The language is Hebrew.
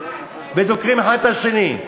ודוקרים אחד את השני.